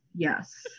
Yes